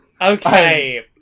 Okay